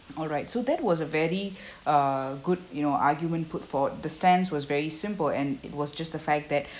alright so that was a very uh good you know argument put forth the stance was very simple and it was just the fact that